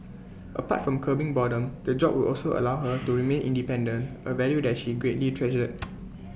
apart from curbing boredom the job would also allow her to remain independent A value that she greatly treasured